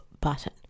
button